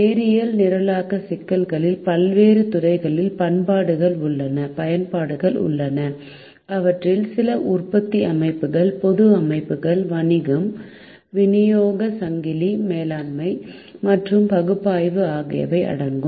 நேரியல் நிரலாக்க சிக்கல்களில் பல்வேறு துறைகளில் பயன்பாடுகள் உள்ளன அவற்றில் சில உற்பத்தி அமைப்புகள் பொது அமைப்புகள் வணிகம் விநியோக சங்கிலி மேலாண்மை மற்றும் பகுப்பாய்வு ஆகியவை அடங்கும்